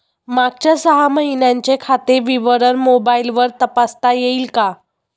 मागच्या सहा महिन्यांचे खाते विवरण मोबाइलवर तपासता येईल का?